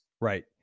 Right